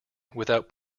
without